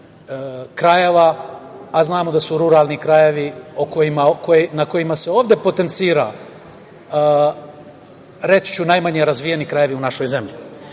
krajeva, a znamo da su ruralni krajevi na kojima se ovde potencira, reći ću, najmanje razvijeni krajevi u našoj zemlji. Znači,